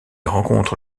rencontre